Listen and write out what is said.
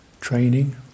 training